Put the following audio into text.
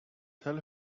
tell